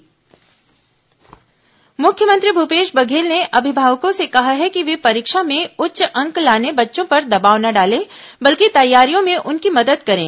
लोकवाणी मुख्यमंत्री भूपेश बघेल ने अभिभावकों से कहा है कि वे परीक्षा में उच्च अंक लाने बच्चों पर दबाव न डालें बल्कि तैयारियों में उनकी मदद करें